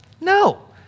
No